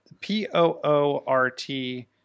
P-O-O-R-T